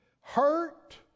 hurt